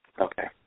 okay